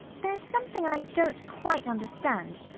there's something i don't quite understand.